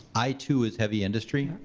i two is heavy industry,